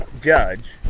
judge